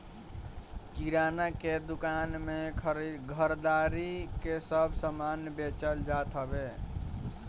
किराणा के दूकान में घरदारी के सब समान बेचल जात हवे